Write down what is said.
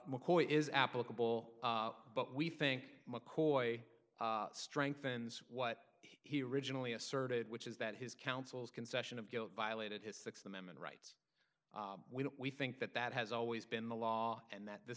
mccoy is applicable but we think mccoy strengthens what he originally asserted which is that his counsel's concession of guilt violated his th amendment rights we don't we think that that has always been the law and that this